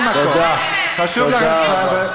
אני הייתי כתב צעיר,